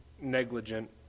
negligent